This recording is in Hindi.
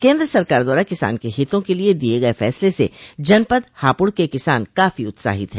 केंद्र सरकार द्वारा किसान के हितों के लिए दिए गए फैसले से जनपद हापुड के किसान काफी उत्साहित हैं